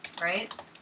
right